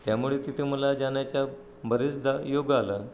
त्यामुळे तिथे मला जाण्याचा बरेचदा योग आला